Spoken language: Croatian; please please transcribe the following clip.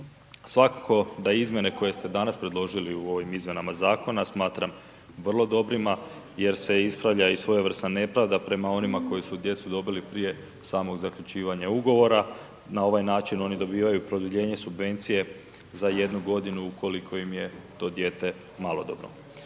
Svakako da izmjene koje ste danas predložili u ovim izmjenama zakona smatram vrlo dobrima jer se ispravlja i svojevrsna nepravda prema onima koji su djecu dobili prije samog zaključivanja ugovora. Na ovaj način oni dobivaju produljenje subvencije za jednu godinu ukoliko im je to dijete malodobno.